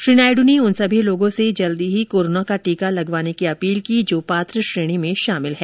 श्री नायडू ने उन सभी लोगों से जल्दी ही कोरोना का टीका लगवाने की अपील की जो पात्र श्रेणी में शामिल है